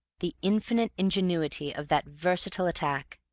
the infinite ingenuity of that versatile attack.